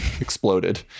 exploded